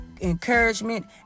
encouragement